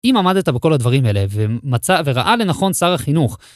אם עמדת בכל הדברים האלה וראה לנכון שר החינוך.